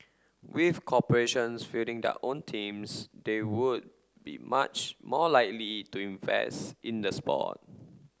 with corporations fielding their own teams they would be much more likely to invest in the sport